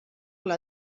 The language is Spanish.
una